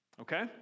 Okay